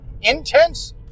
intense